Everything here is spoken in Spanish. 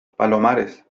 palomares